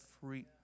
free